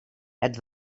het